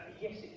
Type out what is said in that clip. yes